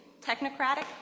Technocratic